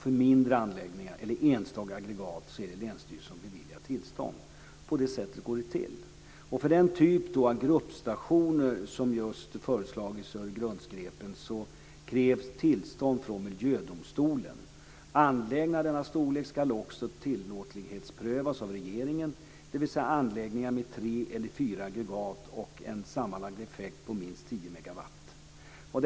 För mindre anläggningar eller enstaka aggregat är det länsstyrelsen som beviljar tillstånd. På det sättet går det till. Anläggningarnas storlek ska också tillåtlighetsprövas av regeringen, dvs. anläggningar med tre eller fyra aggregat och en sammanlagd effekt på minst 10 megawatt.